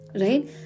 right